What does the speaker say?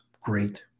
great